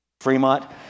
Fremont